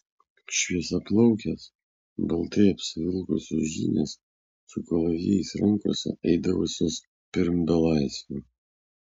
šviesiaplaukės baltai apsivilkusios žynės su kalavijais rankose eidavusios pirm belaisvių